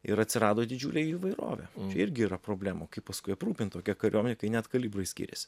ir atsirado didžiulė įvairovė irgi yra problemų kaip paskui aprūpint tokią kariuomenę kai net kalibrai skiriasi